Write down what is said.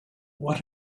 what